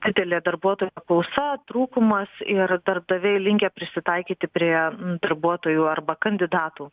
didelė darbuotojų paklausa trūkumas ir darbdaviai linkę prisitaikyti prie darbuotojų arba kandidatų